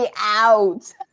out